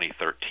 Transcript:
2013